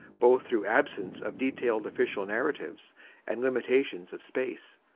both through absence of detailed official narratives and limitations of space,